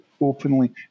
openly